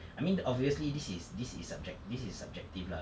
I mean obviously this is this is subjec~ this is subjective lah